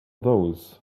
those